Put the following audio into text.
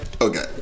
okay